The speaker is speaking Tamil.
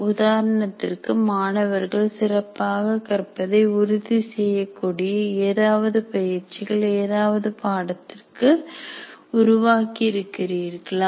உதாரணத்திற்கு மாணவர்கள் சிறப்பாக கற்பதை உறுதி செய்யக்கூடிய ஏதாவது பயிற்சிகள் ஏதாவது பாடத்திற்கு உருவாக்கி இருக்கிறீர்களா